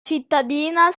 cittadina